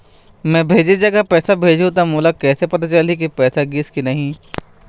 मैं भेजे जगह पैसा भेजहूं त मोला कैसे पता चलही की पैसा गिस कि नहीं?